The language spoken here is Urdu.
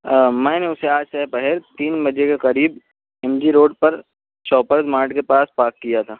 میں نے اسے آج سہ پہر تین بجے کے قریب ایم جی روڈ پر چوپر مارٹ کے پاس پارک کیا تھا